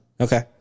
Okay